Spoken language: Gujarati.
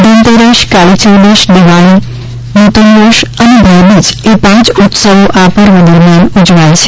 ધનતેરસ કાળીચૌદશ દિવાળી નૂતનવર્ષ અને ભાઈબીજ એ પાંચ ઉત્સવો આ પર્વ દરમ્યાન ઉજવાય છે